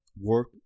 work